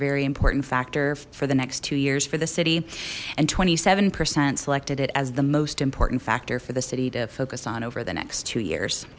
very important factor for the next two years for the city and twenty seven percent selected it as the most important factor for the city to focus on over the next two years